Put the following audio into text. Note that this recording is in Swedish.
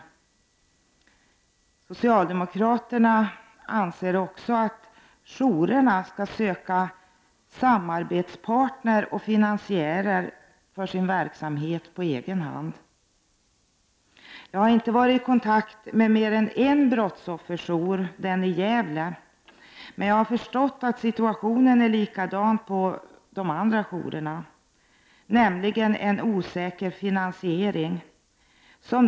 Vidare tycker socialdemokraterna att jourerna på egen hand skall söka samarbetspartner och finansiärer för sin verksamhet. Jag har varit i kontakt med endast en brottsofferjour, i Gävle. Men jag har förstått att situationen är likadan på andra jourer. Det handlar nämligen om en osäker finansiering.